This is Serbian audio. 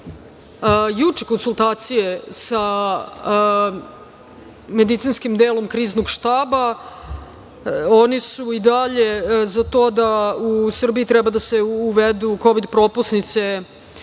juče konsultacije sa medicinskim delom Kriznog štaba. Oni su i dalje za to da u Srbiji treba da se uvedu kovid propusnice